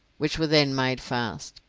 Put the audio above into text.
which were then made fast,